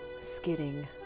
skidding